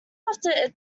after